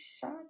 shot